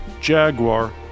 Jaguar